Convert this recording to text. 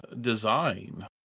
design